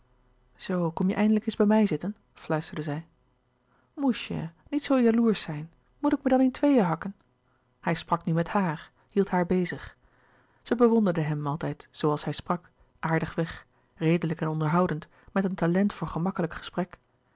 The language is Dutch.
zoo kom je eindelijk eens bij mij zitten fluisterde zij moesje niet zoo jaloersch zijn moet ik me dan in tweeën hakken hij sprak nu met haar hield haar bezig louis couperus de boeken der kleine zielen zij bewonderde hem altijd zooals hij sprak aardig weg redelijk en onderhoudend met een talent voor gemakkelijk gesprek